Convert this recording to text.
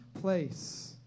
place